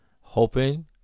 hoping